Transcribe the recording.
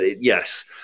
yes